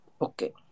Okay